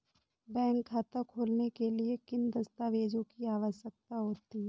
Bank खाता खोलने के लिए किन दस्तावेजों की आवश्यकता होती है?